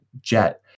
jet